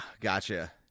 gotcha